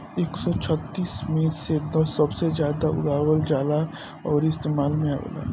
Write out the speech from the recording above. एक सौ छत्तीस मे से दस सबसे जादा उगावल जाला अउरी इस्तेमाल मे आवेला